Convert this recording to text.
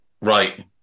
Right